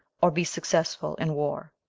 or be successful in war?